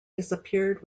disappeared